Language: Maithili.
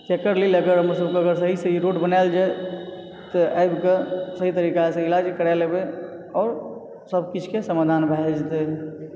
एकर लेल अगर हमर सभके सही सही रोड बनायल जाय तऽ आबि के सही तरीका से इलाज करा लेबै आओर सबकिछु के समाधान भय जेतै